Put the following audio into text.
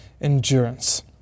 endurance